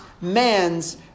man's